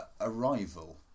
arrival